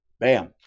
Bam